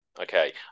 Okay